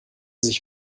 sich